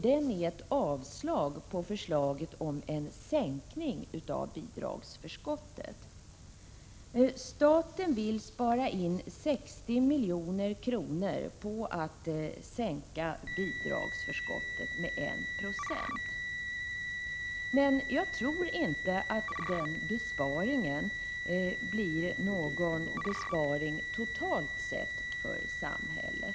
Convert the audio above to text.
Den innebär avslag på förslaget om en sänkning av bidragsförskotten. Staten vill spara in 60 milj.kr. på att sänka bidragsförskotten med 1 96. Men jag tror inte att den besparingen blir någon besparing totalt sett för samhället.